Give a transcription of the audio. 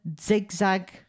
zigzag